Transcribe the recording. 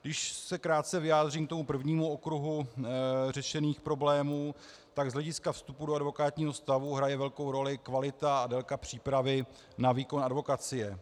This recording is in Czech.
Když se krátce vyjádřím k tomu prvnímu okruhu řešených problémů, tak z hlediska vstupu do advokátního stavu hraje velkou roli kvalita a délka přípravy na výkon advokacie.